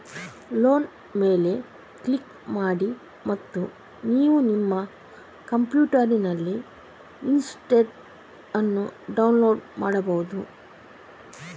loan ಮೇಲೆ click ಮಾಡಿ ಮತ್ತು ನೀವು ನಿಮ್ಮ ಕಂಪ್ಯೂಟರಿನಲ್ಲಿ ಇ ಸ್ಟೇಟ್ಮೆಂಟ್ ಅನ್ನು ಡೌನ್ಲೋಡ್ ಮಾಡ್ಬಹುದು